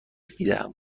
دهم